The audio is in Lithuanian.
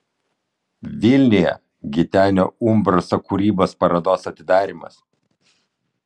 vilniuje gitenio umbraso kūrybos parodos atidarymas